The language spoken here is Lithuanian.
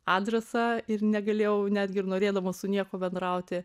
adresą ir negalėjau netgi ir norėdama su niekuo bendrauti